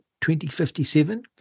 2057